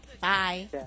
Bye